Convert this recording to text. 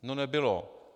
No nebylo.